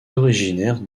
originaire